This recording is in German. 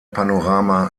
panorama